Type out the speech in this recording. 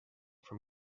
from